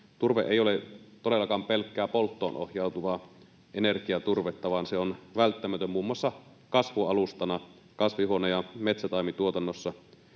turve ei ole todellakaan pelkkää polttoon ohjautuvaa energiaturvetta, vaan se on välttämätön muun muassa kasvualustana kasvihuone- ja metsätaimituotannossa,